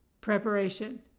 Preparation